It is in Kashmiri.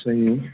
صحی